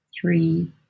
three